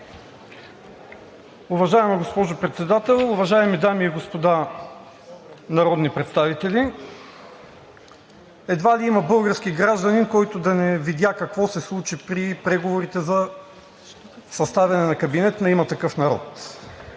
Уважаема госпожо Председател, уважаеми дами и господа народни представители! Едва ли има български гражданин, който да не видя какво се случи при преговорите за съставяне на кабинет на „Има такъв народ“.